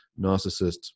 narcissists